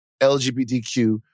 LGBTQ